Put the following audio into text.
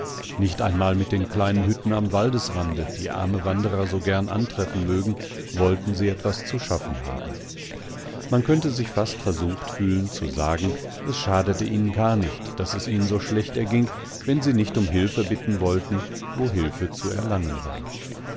nicht einmal mit den kleinen hütten am waldesrande die arme wanderer so gern antreffen mögen wolltensieetwaszuschaffenhaben man könnte sich fast versucht fühlen zu sagen es schadete ihnen gar nicht daß es ihnen so schlecht erging wenn sie nicht um hilfe bitten wollten wo hilfezuerlangenwar aber